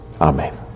Amen